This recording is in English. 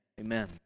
Amen